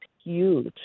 huge